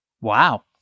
Wow